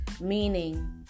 Meaning